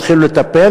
או התחילו לטפל,